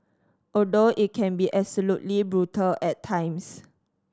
although it can be absolutely brutal at times